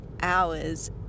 hours